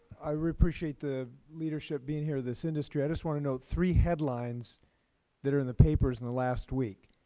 i really appreciate the leadership being here in this industry. i just want to note three headlines that are in the papers in the last week.